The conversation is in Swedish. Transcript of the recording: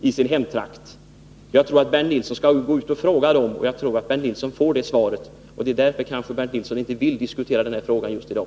Bernt Nilsson kan ju gå uti sitt hemlän och fråga — jag tror att han skulle få det svaret. Det kanske är därför som Bernt Nilsson inte vill diskutera den här frågan just i dag.